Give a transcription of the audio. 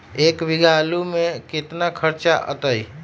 एक बीघा आलू में केतना खर्चा अतै?